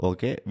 Okay